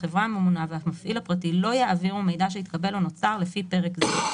החברה הממונה והמפעיל הפרטי לא יעבירו מידע שהתקבל או נוצר לפי פרק זה,